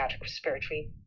Respiratory